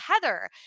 Heather